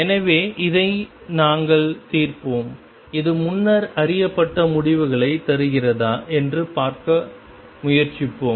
எனவே இதை நாங்கள் தீர்ப்போம் இது முன்னர் அறியப்பட்ட முடிவுகளைத் தருகிறதா என்று பார்க்க முயற்சிப்போம்